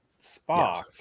Spock